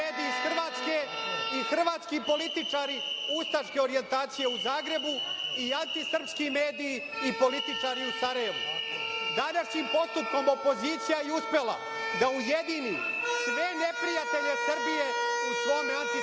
i hrvatski političari ustaške orijentacije u Zagrebu i antisrpski mediji i političari u Sarajevu. Današnjim postupkom opozicija je uspela da ujedini sve neprijatelje Srbije u svom antisrpskom